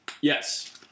Yes